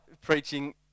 preaching